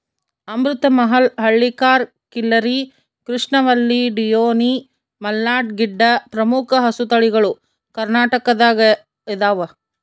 ಅಮೃತ ಮಹಲ್ ಹಳ್ಳಿಕಾರ್ ಖಿಲ್ಲರಿ ಕೃಷ್ಣವಲ್ಲಿ ಡಿಯೋನಿ ಮಲ್ನಾಡ್ ಗಿಡ್ಡ ಪ್ರಮುಖ ಹಸುತಳಿಗಳು ಕರ್ನಾಟಕದಗೈದವ